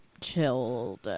chilled